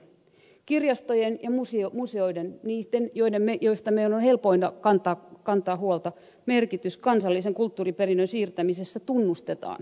kirjastojen ja museoiden niitten joista meidän on helpointa kantaa huolta merkitys kansallisen kulttuuriperinnön siirtämisessä tunnustetaan